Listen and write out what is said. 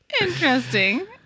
Interesting